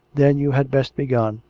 then you had best be gone.